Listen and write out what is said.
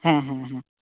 ᱦᱮᱸ ᱦᱮᱸ